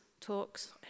talks